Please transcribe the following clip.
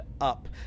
up